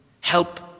Help